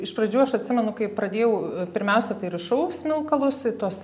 iš pradžių aš atsimenu kai pradėjau pirmiausia tai rišau smilkalus tai tuos